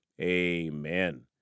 Amen